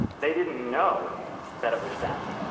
they didn't know that it was down.